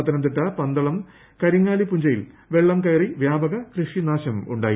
പത്തനംതിട്ട പന്തളം കരിങ്ങാലി പുഞ്ചയിൽ വെള്ളം കയറി വൃാപക കൃഷി നാശമുണ്ടായി